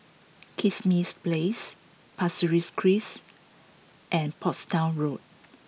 Kismis Place Pasir Ris Crest and Portsdown Road